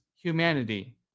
humanity